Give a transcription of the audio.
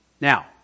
Now